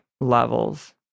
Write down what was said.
levels